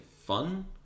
fun